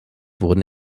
wurden